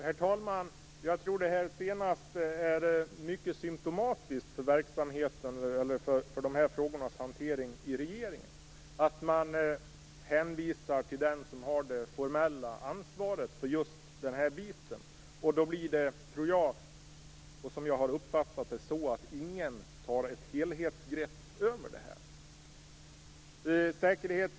Herr talman! Jag tror att det sista är mycket symtomatiskt för de här frågornas hantering i regeringen. Man hänvisar till den som har det formella ansvaret för en viss del, och då blir det - så har jag uppfattat det - ingen som tar ett helthetsgrepp över frågorna.